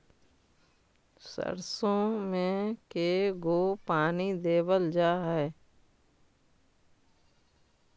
सरसों में के गो पानी देबल जा है?